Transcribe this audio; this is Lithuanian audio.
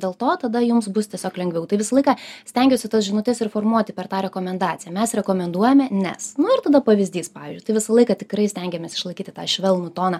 dėl to tada jums bus tiesiog lengviau tai visą laiką stengiuosi tos žinutes ir formuoti per tą rekomendaciją mes rekomenduojame nes nu ir tada pavyzdys pavyzdžiui tai visą laiką tikrai stengiamės išlaikyti tą švelnų toną